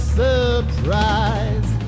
surprise